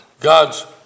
God's